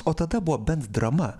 o tada buvo bent drama